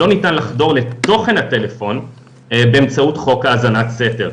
לא ניתן לחדור לתוכן הטלפון באמצעות חוק האזנת סתר.